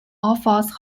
offers